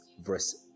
verse